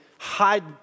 hide